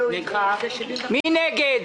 מי נגד?